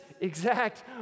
exact